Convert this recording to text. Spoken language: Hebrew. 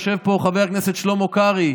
יושב פה חבר הכנסת שלמה קרעי,